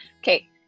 okay